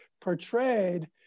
portrayed